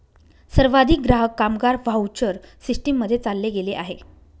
सर्वाधिक ग्राहक, कामगार व्हाउचर सिस्टीम मध्ये चालले गेले आहे